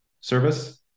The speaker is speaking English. service